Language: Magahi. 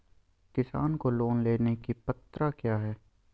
किसान को लोन लेने की पत्रा क्या है?